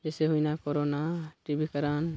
ᱡᱮᱭᱥᱮ ᱦᱩᱭᱱᱟ ᱠᱚᱨᱳᱱᱟ ᱴᱤᱠᱟᱹ ᱠᱚᱨᱚᱱ